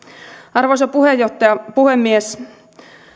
arvoisa puhemies